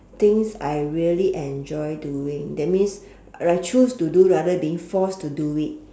things I really enjoy doing that means I choose to do rather being forced to do it